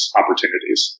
opportunities